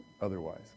otherwise